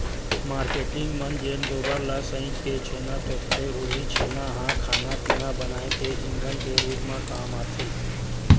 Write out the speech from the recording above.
marketing मन जेन गोबर ल सइत के छेना थोपथे उहीं छेना ह खाना पिना बनाए के ईधन के रुप म काम आथे